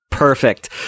Perfect